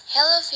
Hello